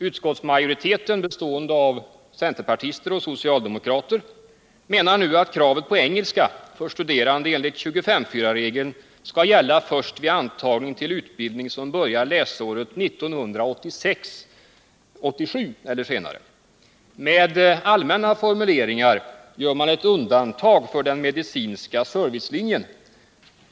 Utskottsmajoriteten, bestående av centerpartister och socialdemokrater, menar nu att kravet på engelska för studerande enligt 25:4-regeln skall gälla först vid antagning till utbildning som börjar läsåret 1986/87 eller senare. Med allmänna formuleringar gör majoriteten ett undantag för den medicinska servicelinjen.